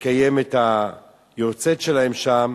לקיים את היארצייט שלהם שם,